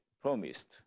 promised